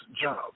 job